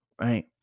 Right